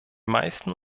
meisten